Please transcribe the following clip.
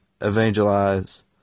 evangelize